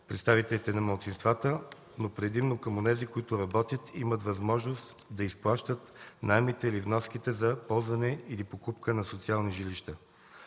представителите на малцинствата, но предимно към онези, които работят и имат възможност да изплащат наемите или вноските за покупка на социални жилища.